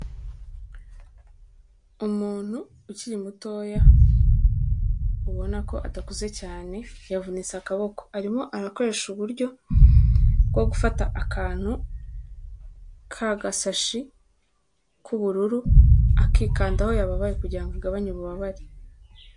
Umuntu ukiri mutoya ubona ko adakuze cyane yavunitse akaboko, arimo arakoresha uburyo bwo gufata akantu k'agasashi k'ubururu, akikanda aho yababaye kugira ngo agagabanye ububabare.